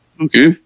Okay